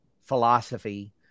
philosophy